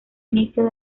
inicio